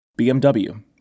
BMW